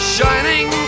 Shining